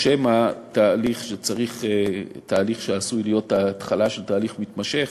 או שמא תהליך שעשוי להיות התחלה של תהליך מתמשך,